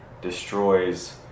destroys